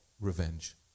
revenge